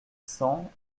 cents